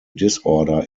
disorder